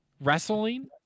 wrestling